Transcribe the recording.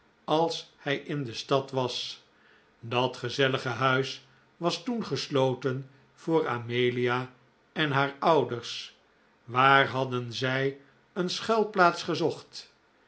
als hij in de stad was dat gezellige huis was toen gesloten voor amelia en haar ouders waar hadden zij een schuilplaats gezocht